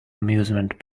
amusement